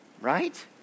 right